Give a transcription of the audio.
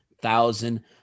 thousand